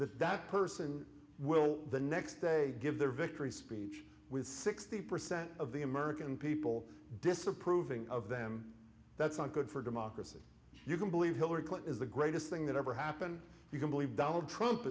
that person will the next day give their victory speech with sixty percent of the american people disapproving of them that's not good for democracy you can believe hillary clinton is the greatest thing that ever happened you can believe donald trump